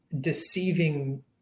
deceiving